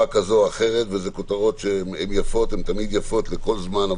כזו או אחרת ואלה כותרות שהן תמיד יפות לכל זמן,